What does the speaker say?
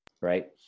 right